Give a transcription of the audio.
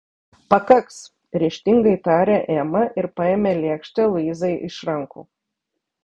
pakaks ryžtingai tarė ema ir paėmė lėkštę luizai iš rankų